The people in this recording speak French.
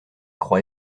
croix